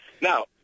Now